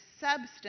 substance